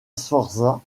sforza